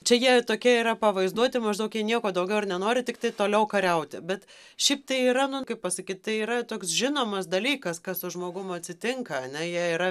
čia jie tokie yra pavaizduoti maždaug jie nieko daugiau ir nenori tiktai toliau kariauti bet šiaip tai yra nu kaip pasakyt tai yra toks žinomas dalykas kas su žmogum atsitinka ane jie yra